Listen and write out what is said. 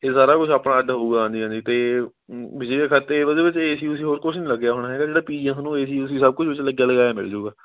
ਇਹ ਸਾਰਾ ਕੁਝ ਆਪਣਾ ਅੱਡ ਹੋਵੇਗਾ ਹਾਂਜੀ ਹਾਂਜੀ ਅਤੇ ਉਹਦੇ ਵਿੱਚ ਏ ਸੀ ਊਸੀ ਹੋਰ ਕੁਛ ਨਹੀਂ ਲੱਗਿਆ ਹੋਣਾ ਹੈਗਾ ਜਿਹੜਾ ਪੀਜੀ ਹੈ ਤੁਹਾਨੂੰ ਏ ਸੀ ਊਸੀ ਸਭ ਕੁਝ ਵਿੱਚ ਲੱਗਿਆ ਲਗਾਇਆ ਮਿਲ ਜੂਗਾ